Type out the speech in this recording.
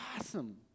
awesome